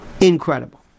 Incredible